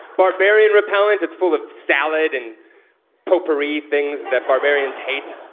barbarian repellent. it's full of salad and potpourri things that barbarians hate.